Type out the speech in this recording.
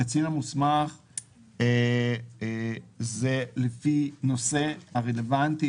הקצין המוסמך הוא לפי הנושא הרלוונטי